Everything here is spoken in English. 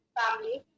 family